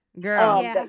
Girl